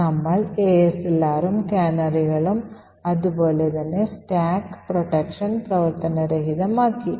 അതിനാൽ നമ്മൾ ASLR ഉം കാനറികളും അതുപോലെ തന്നെ സ്റ്റാക്ക് പരിരക്ഷയും പ്രവർത്തനരഹിതമാക്കി